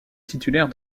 titulaire